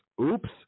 Oops